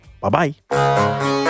Bye-bye